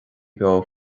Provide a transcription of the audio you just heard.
beo